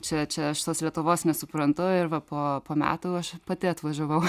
čia čia aš tos lietuvos nesuprantu ir va po po metų aš pati atvažiavau